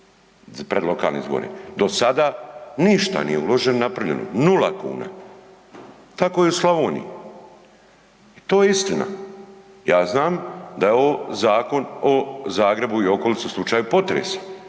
pred lokalne izbore, do sada ništa nije uloženo ni napravljeno, nula kuna. Tako je i u Slavoniji i to je istina. Ja znam da je ovo zakon o Zagrebu i okolici u slučaju potresa,